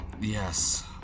Yes